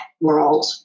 world